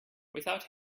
without